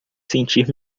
sentir